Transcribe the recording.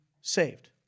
saved